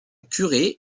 curé